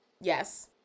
Yes